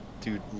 dude